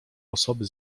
osoby